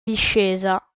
discesa